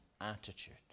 attitude